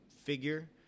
figure